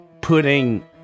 putting